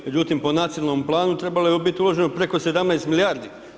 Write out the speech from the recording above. Međutim po nacionalnom planu trebalo je biti uloženo preko 17 milijardi.